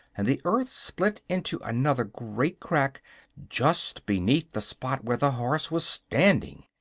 and the earth split into another great crack just beneath the spot where the horse was standing.